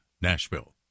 Nashville